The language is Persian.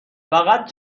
فقط